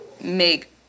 make